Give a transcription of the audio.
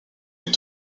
est